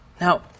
Now